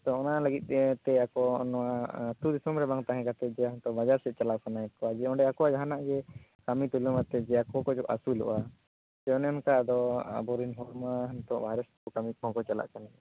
ᱛᱚ ᱚᱱᱟ ᱞᱟᱹᱜᱤᱫ ᱛᱮᱜᱮ ᱥᱮ ᱟᱠᱚ ᱱᱚᱣᱟ ᱟᱹᱛᱩ ᱫᱤᱥᱚᱢ ᱨᱮ ᱵᱟᱝ ᱛᱟᱦᱮᱸ ᱠᱟᱛᱮ ᱡᱮ ᱦᱟᱱᱛᱮ ᱵᱟᱡᱟᱨ ᱥᱮᱫ ᱪᱟᱞᱟᱜ ᱥᱟᱱᱟᱭᱮᱫ ᱠᱚᱣᱟ ᱡᱮ ᱚᱸᱰᱮ ᱟᱠᱚᱣᱟᱜ ᱡᱟᱦᱟᱸᱱᱟᱜ ᱜᱮ ᱠᱟᱹᱢᱤ ᱟᱛᱮ ᱟᱠᱚ ᱠᱚ ᱟᱹᱥᱩᱞᱚᱜᱼᱟ ᱡᱮ ᱚᱱᱮ ᱚᱱᱠᱟ ᱟᱫᱚ ᱟᱵᱚᱨᱮᱱ ᱦᱚᱲᱢᱟ ᱱᱤᱛᱚᱜ ᱵᱟᱨᱦᱮ ᱥᱮᱫ ᱠᱚ ᱠᱟᱹᱢᱤ ᱠᱚᱦᱚᱸ ᱠᱚ ᱪᱟᱞᱟᱜ ᱠᱟᱱᱟ